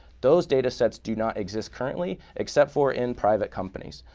those data sets do not exist currently, except for in private companies.